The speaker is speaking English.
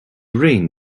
rain